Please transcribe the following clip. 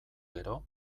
gero